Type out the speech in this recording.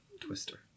Twister